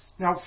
Now